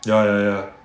ya ya ya